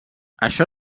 això